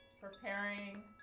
preparing